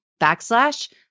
backslash